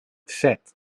set